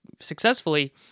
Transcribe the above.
Successfully